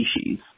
species